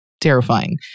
terrifying